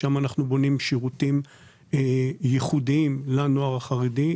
שם אנחנו בונים שירותים ייחודיים לנוער החרדי,